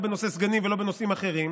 לא בנושא סגנים ולא בנושאים אחרים,